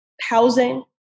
housing